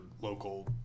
local